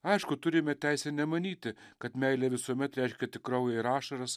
aišku turime teisę nemanyti kad meilė visuomet reiškia tik kraują ir ašaras